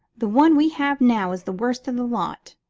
the one we have now is the worst of the lot.